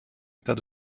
état